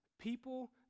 people